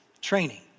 training